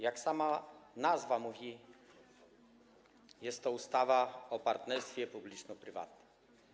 Jak sama nazwa mówi, jest to ustawa o partnerstwie publiczno-prywatnym.